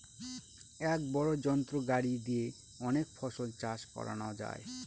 এক বড় যন্ত্র গাড়ি দিয়ে অনেক ফসল চাষ করানো যায়